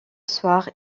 soir